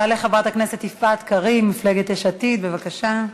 תעלה חברת הכנסת יפעת קריב ממפלגת יש עתיד, בבקשה.